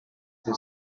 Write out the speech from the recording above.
que